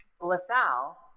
LaSalle